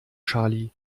charlie